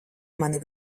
mani